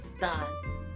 done